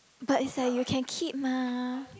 but is like you can keep mah